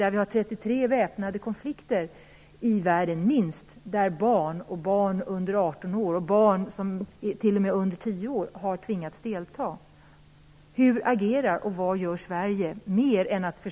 Minst 33 väpnade konflikter pågår i världen där barn under 18 år, och t.o.m. under 10 år, har tvingats delta. Sverige?